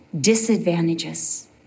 disadvantages